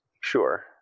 Sure